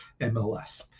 MLS